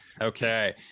okay